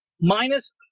minus